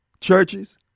Churches